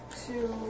two